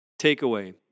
Takeaway